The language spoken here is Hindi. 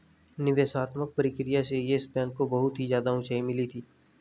निवेशात्मक प्रक्रिया से येस बैंक को बहुत ही ज्यादा उंचाई मिली थी